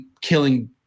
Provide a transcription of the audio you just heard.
killing